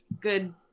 good